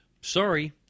sorry